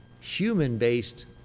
human-based